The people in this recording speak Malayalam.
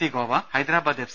C Goa Hyderabad F